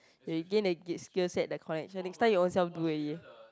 when you gain the skill set the connection next time you own self do already